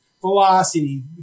velocity